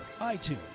iTunes